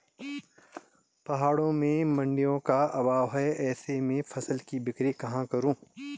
पहाड़ों में मडिंयों का अभाव है ऐसे में फसल की बिक्री कहाँ करूँ?